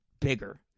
bigger